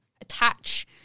attach